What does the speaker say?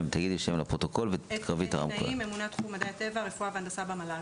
אני ממונה תחום הטבע, רפואה והנדסה במל"ג.